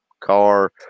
car